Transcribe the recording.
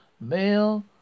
Male